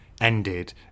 ended